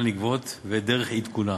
שהזכיין רשאי לגבות ואת דרך עדכונה.